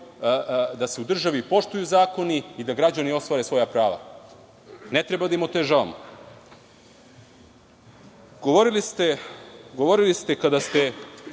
da se u državi poštuju zakoni i da građani ostvare svoja prava. Ne treba da im otežavamo. Govorili ste kada ste